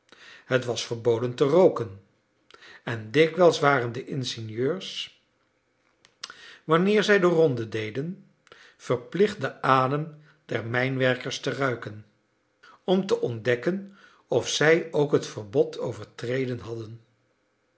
het was verboden te rooken en dikwijls waren de ingenieurs wanneer zij de ronde deden verplicht den adem der mijnwerkers te ruiken om te ontdekken of zij ook het verbod overtreden hadden